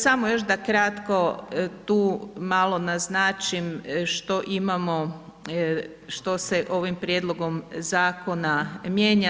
Samo još da kratko tu malo naznačim što imamo, što se ovim Prijedlogom zakona mijenja.